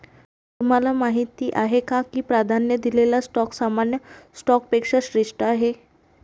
तुम्हाला माहीत आहे का की प्राधान्य दिलेला स्टॉक सामान्य स्टॉकपेक्षा श्रेष्ठ आहे?